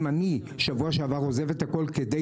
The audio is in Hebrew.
אם אני בשבוע עבר עוזב את הכול כדי